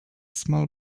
small